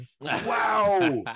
Wow